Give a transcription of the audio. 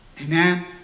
Amen